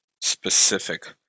specific